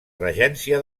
regència